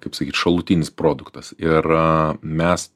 kaip sakyt šalutinis produktas ir mes